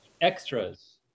extras